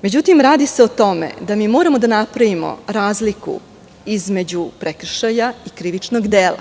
normi. Radi se o tome da mi moramo da napravimo razliku između prekršaja i krivičnog dela.